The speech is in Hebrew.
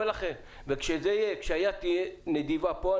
וכשהיד תהיה נדיבה פה,